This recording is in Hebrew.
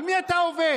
על מי אתה עובד?